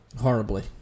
Horribly